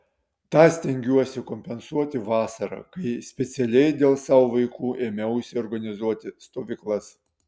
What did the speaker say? tą stengiuosi kompensuoti vasarą kai specialiai dėl savo vaikų ėmiausi organizuoti stovyklas